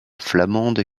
flamande